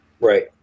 Right